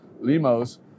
Limos